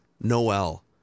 Noel